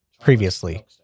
previously